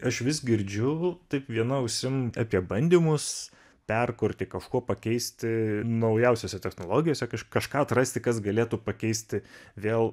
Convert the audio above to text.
aš vis girdžiu taip viena ausim apie bandymus perkurti kažkuo pakeisti naujausiose technologijose kažką atrasti kas galėtų pakeisti vėl